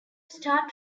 star